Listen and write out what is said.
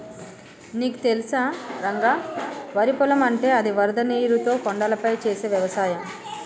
నీకు తెలుసా రంగ వరి పొలం అంటే అది వరద నీరుతో కొండలపై చేసే వ్యవసాయం